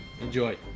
Enjoy